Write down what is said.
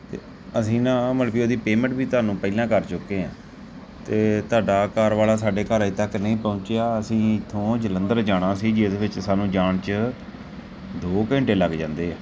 ਅਤੇ ਅਸੀਂ ਨਾ ਮਲ ਕਿ ਉਹਦੀ ਪੇਮੈਂਟ ਵੀ ਤੁਹਾਨੂੰ ਪਹਿਲਾਂ ਕਰ ਚੁੱਕੇ ਹਾਂ ਅਤੇ ਤੁਹਾਡਾ ਕਾਰ ਵਾਲਾ ਸਾਡੇ ਘਰ ਅਜੇ ਤੱਕ ਨਹੀਂ ਪਹੁੰਚਿਆ ਅਸੀਂ ਇੱਥੋਂ ਜਲੰਧਰ ਜਾਣਾ ਸੀ ਜਿਸ ਵਿੱਚ ਸਾਨੂੰ ਜਾਣ 'ਚ ਦੋ ਘੰਟੇ ਲੱਗ ਜਾਂਦੇ ਆ